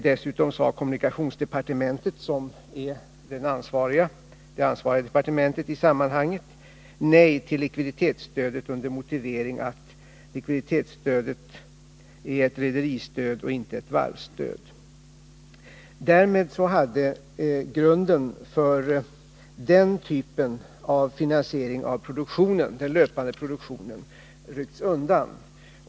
Dessutom sade kommunikationsdepartementet, som är det ansvariga departementet i sammanhanget, nej till likviditetsstödet med motiveringen att likviditetsstödet är ett rederistöd och inte ett varvsstöd. Därmed hade grunden för den typen av finansiering av den löpande produktionen ryckts undan.